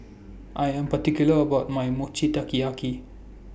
I Am particular about My Mochi Taikiyaki